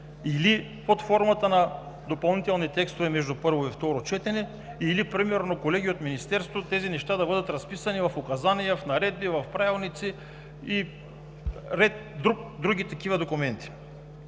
или под формата на допълнителни текстове между първо и второ четен, или примерно колеги от Министерството – тези неща да бъдат разписани в указания, в наредби, в правилници и ред други такива документи.